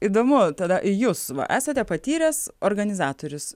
įdomu tada į jus va esate patyręs organizatorius